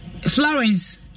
Florence